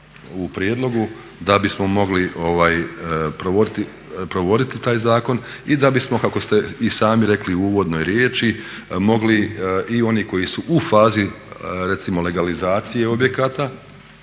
u prijedlogu da bismo mogli provoditi taj zakon i da bismo kako ste i sami rekli u uvodnoj riječi mogli i oni koji su u fazi recimo legalizacije objekata,